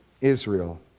Israel